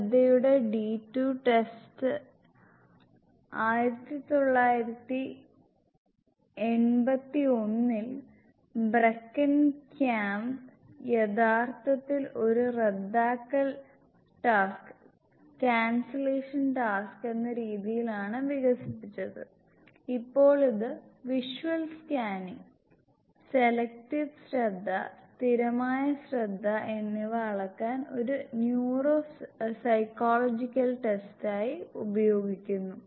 ശ്രദ്ധയുടെ D2 test 1981 ൽ Brickenkamp യഥാർത്ഥത്തിൽ ഒരു റദ്ദാക്കൽ ടാസ്ക് എന്ന രീതിയിലാണ് വികസിപ്പിച്ചത് ഇപ്പോൾ ഇത് വിഷ്വൽ സ്കാനിംഗ് സെലക്ടീവ് ശ്രദ്ധ സ്ഥിരമായ ശ്രദ്ധ എന്നിവ അളക്കാൻ ഒരു ന്യൂറോ സൈക്കോളജിക്കൽ ടെസ്റ്റായി ഉപയോഗിക്കുന്നു